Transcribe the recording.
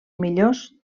millors